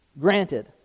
Granted